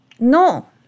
No